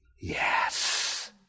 yes